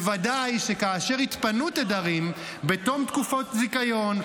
בוודאי שכאשר יתפנו תדרים בתום תקופות הזיכיון,